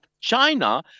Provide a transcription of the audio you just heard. China